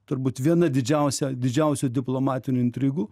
turbūt viena didžiausia didžiausių diplomatinių intrigų